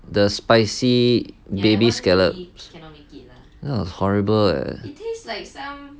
the spicy baby scallops are horrible